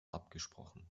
abgesprochen